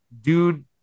dude